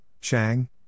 Chang